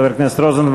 חבר הכנסת רוזנטל,